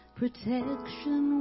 protection